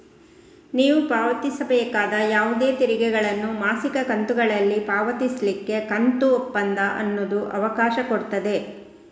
ನೀವು ಪಾವತಿಸಬೇಕಾದ ಯಾವುದೇ ತೆರಿಗೆಗಳನ್ನ ಮಾಸಿಕ ಕಂತುಗಳಲ್ಲಿ ಪಾವತಿಸ್ಲಿಕ್ಕೆ ಕಂತು ಒಪ್ಪಂದ ಅನ್ನುದು ಅವಕಾಶ ಕೊಡ್ತದೆ